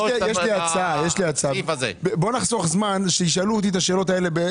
יש לי הצעה שישאלו אותי את השאלות האלה.